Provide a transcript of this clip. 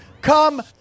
Come